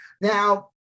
Now